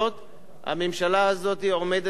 הממשלה הזאת עומדת על הרגליים,